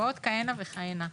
ועוד כהנה וכהנה.